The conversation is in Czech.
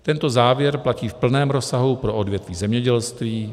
Tento závěr platí v plném rozsahu pro odvětví zemědělství.